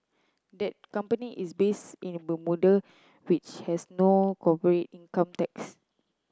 that company is base in the Bermuda which has no corporate income tax